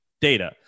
data